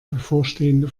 bevorstehende